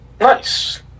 Nice